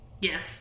yes